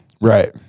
Right